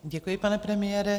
Děkuji, pane premiére.